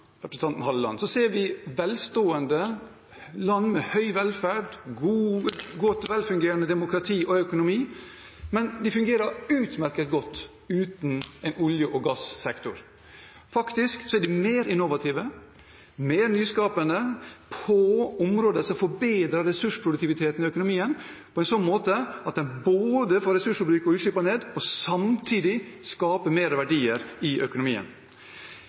representanten fortelle oss hva slags velferdsstat vi skal leve i i framtiden? Det var store spørsmål og mange tema på 1 minutt. Jeg skal gjøre mitt beste. Hvis vi ser nøye på våre naboland, ser vi velstående land med høy velferd, godt fungerende demokrati og god økonomi, men de fungerer utmerket godt uten en olje- og gassektor. Faktisk er de mer innovative, mer nyskapende, på områder som forbedrer ressursproduktiviteten i økonomien på